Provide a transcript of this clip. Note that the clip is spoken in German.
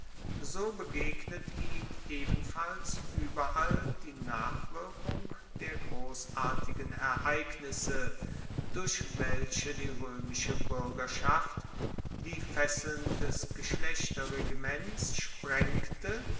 so begegnet ihm ebenfalls ueberall die nachwirkung der grossartigen ereignisse durch welche die roemische buergerschaft die fesseln des geschlechterregiments sprengte